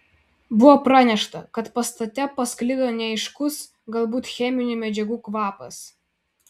buvo pranešta kad pastate pasklido neaiškus galbūt cheminių medžiagų kvapas